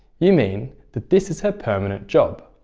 you mean that this is her permanent job.